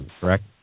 correct